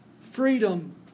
freedom